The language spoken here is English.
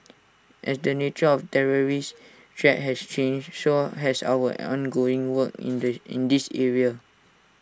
as the nature of terrorist threat has changed so has our ongoing work in the in this area